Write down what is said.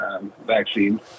Vaccine